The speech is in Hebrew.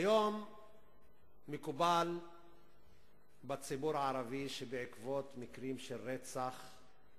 כיום מקובל בציבור הערבי שבעקבות מקרים של רצח,